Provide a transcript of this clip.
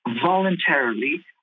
voluntarily